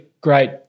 great